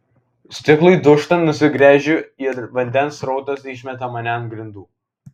stiklui dūžtant nusigręžiu ir vandens srautas išmeta mane ant grindų